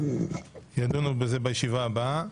ידונו בזה בישיבה הבאה.